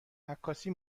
عکاسی